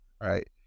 right